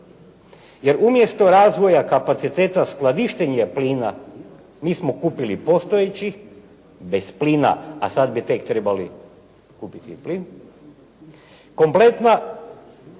jer umjesto razvoja kapaciteta skladištenja plina mi smo kupili postojeći bez plina a sad bi tek trebali kupiti i plin kompletna